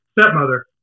stepmother